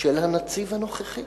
של הנציב הנוכחי.